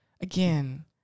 Again